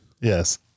yes